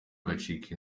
bacika